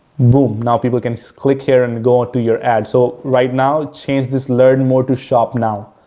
boom, now people can click here and go to your ad. so right now, change this learn more to shop now,